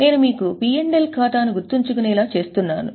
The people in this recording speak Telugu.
నేను మీకు P L ఖాతాను గుర్తుంచుకునేలా చేస్తున్నాను